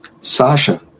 Sasha